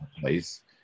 place